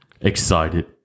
excited